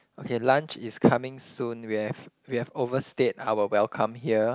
okay lunch is coming soon we have we have overstayed our welcome here